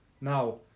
Now